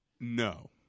no